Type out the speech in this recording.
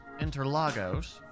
Interlagos